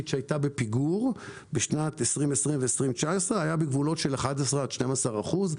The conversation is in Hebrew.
שהייתה בפיגור בשנת 2020 ו-2019 היה בגבולות של 11% 12%,